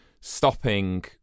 stopping